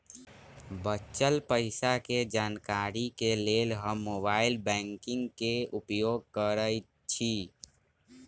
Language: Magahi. बच्चल पइसा के जानकारी के लेल हम मोबाइल बैंकिंग के उपयोग करइछि